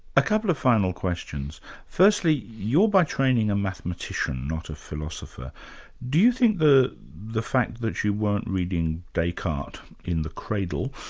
a couple of final questions firstly, you're by training a mathematician not a philosopher do you think the the fact that you weren't reading descartes in the cradle,